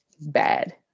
bad